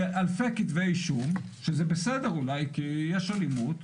אלפי כתבי אישום, שזה בסדר אולי כי יש אלימות,